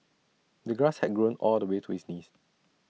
the grass had grown all the way to his knees